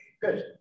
Good